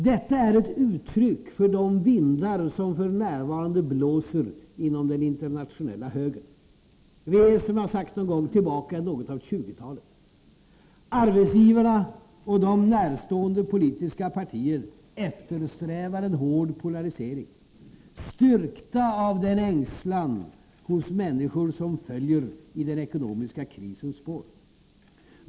Detta är ett uttryck för de vindar som f. n. blåser inom den internationella högern. Vi är, som jag sagt någon gång, tillbaka i något av 20-talet. Arbetsgivarna och dem närstående politiska partier eftersträvar en hård polarisering, styrkta av den ängslan hos människor som följer i den ekonomiska krisens spår.